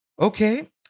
okay